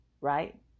right